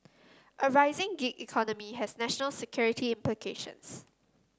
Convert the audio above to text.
a rising gig economy has national security implications